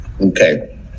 Okay